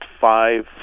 five